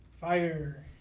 fire